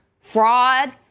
fraud